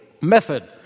method